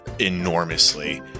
enormously